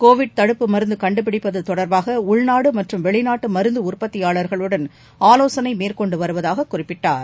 Covid தடுப்பு மருந்து கண்டுபிடிப்பது தொடர்பாக உள்நாட்டு மற்றும் வெளிநாட்டு மருந்து உற்பத்தியாளர்களுடன் ஆலோசனை மேற்கொண்டு வருவதாக குறிப்பிட்டார்